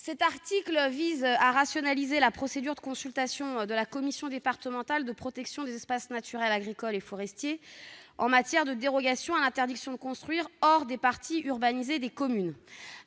Cet article vise à rationaliser la procédure de consultation de la commission départementale de protection des espaces naturels, agricoles et forestiers, la CDPENAF, pour ce qui concerne les dérogations à l'interdiction de construire hors des parties urbanisées des communes.